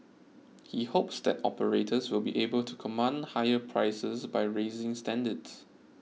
he hopes that operators will be able to command higher prices by raising standards